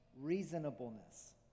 reasonableness